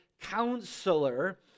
Counselor